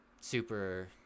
super